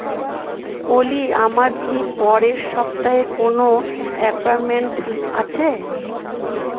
ওলি আমার কি পরের সপ্তাহে কোনো অ্যাপয়েন্টমেন্ট আছে